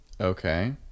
okay